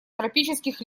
тропических